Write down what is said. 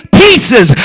pieces